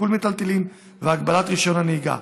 עיקול מיטלטלין והגבלת רישיון הנהיגה.